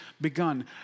begun